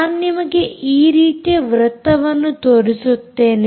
ನಾನು ನಿಮಗೆ ಈ ರೀತಿಯ ವೃತ್ತವನ್ನು ತೋರಿಸುತ್ತೇನೆ